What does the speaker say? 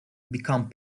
become